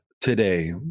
today